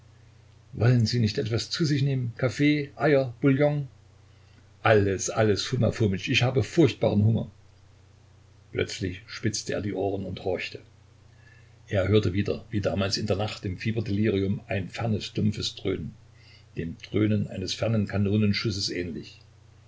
wollen sie nicht etwas zu sich nehmen kaffee eier bouillon alles alles foma fomitsch ich habe furchtbaren hunger plötzlich spitzte er die ohren und horchte er hörte wieder wie damals in der nacht im fieberdelirium ein fernes dumpfes dröhnen dem dröhnen eines fernen kanonenschusses ähnlich